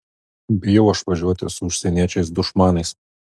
bijau aš važiuoti su užsieniečiais dušmanais